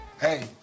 Hey